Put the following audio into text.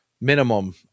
minimum